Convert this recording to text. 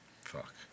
Fuck